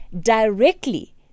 directly